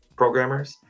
programmers